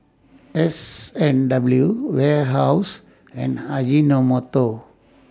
S and W Warehouse and Ajinomoto